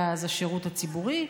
היה אז השירות הציבורי,